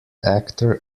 actor